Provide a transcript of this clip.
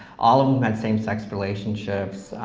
all of whom had same-sex relationships.